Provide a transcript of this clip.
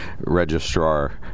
registrar